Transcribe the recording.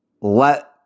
let